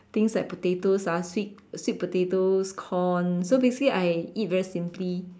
things like potatoes ah sweet sweet potatoes corn so basically I eat very simply